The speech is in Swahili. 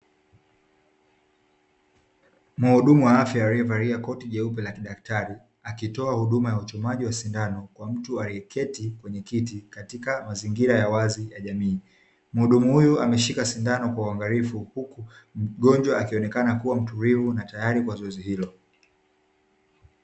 Mhudumu wa afya aliyevalia koti jeupe la kidaktari, akitoa huduma ya uchomaji wa sindano kwa mtu aliyeketi kwenye kiti katika mazingira ya wazi ya jamii. Mhudumu huyu ameshika sindano kwa uangalifu huku mgonjwa akionekana kuwa mtulivu na tayari kwa zoezi hilo.